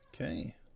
Okay